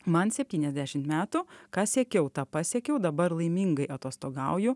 man septyniasdešimt metų ką siekiau tą pasiekiau dabar laimingai atostogauju